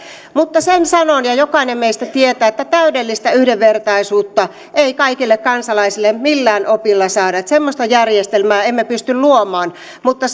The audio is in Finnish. mutta sen sanon ja jokainen meistä tietää että täydellistä yhdenvertaisuutta ei kaikille kansalaisille millään opilla saada että semmoista järjestelmää emme pysty luomaan mutta